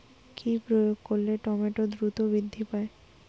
কি প্রয়োগ করলে টমেটো দ্রুত বৃদ্ধি পায়?